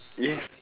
yes